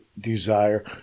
desire